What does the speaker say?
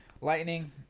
Lightning